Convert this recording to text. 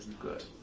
Good